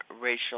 racial